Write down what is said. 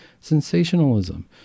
sensationalism